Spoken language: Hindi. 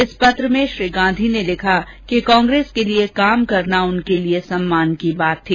इस पत्र में श्री गांधी ने लिखा कि कांग्रेस पार्टी के लिए काम करना उनके लिए सम्मान की बात थी